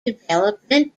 development